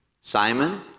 Simon